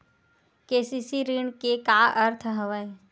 KCC ऋण के का अर्थ हवय?